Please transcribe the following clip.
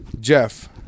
Jeff